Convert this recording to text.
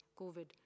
covid